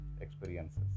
experiences